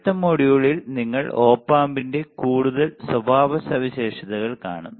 അടുത്ത മൊഡ്യൂളിൽ നിങ്ങൾ ഒപ് ആമ്പിന്റെ കൂടുതൽ സ്വഭാവ സവിശേഷതകൾ കാണും